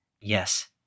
yes